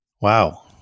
Wow